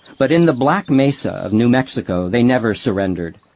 but in the black mesa of new mexico they never surrendered.